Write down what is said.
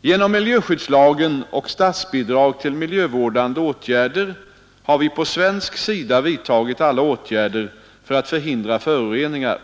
Genom miljöskyddslagen och statsbidrag till miljövårdande åtgärder har vi på svensk sida vidtagit alla åtgärder för att förhindra föroreningar.